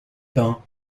pins